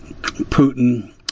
Putin